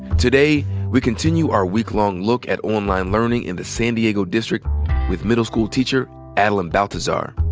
today we continue our week long look at online learning in the san diego district with middle school teacher adeline baltazar.